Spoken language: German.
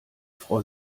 frau